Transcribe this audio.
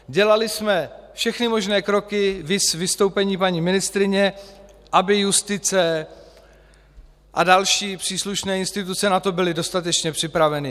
Dělali jsme všechny možné kroky, viz vystoupení paní ministryně, aby justice a další příslušné instituce na to byly dostatečně připraveny.